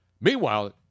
Meanwhile